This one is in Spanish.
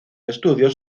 estudios